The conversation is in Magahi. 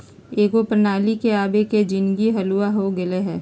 एकेगो प्रणाली के आबे से जीनगी हल्लुक हो गेल हइ